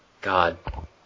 God